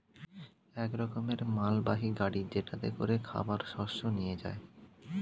এক রকমের মালবাহী গাড়ি যেটাতে করে খাবার শস্য নিয়ে যায়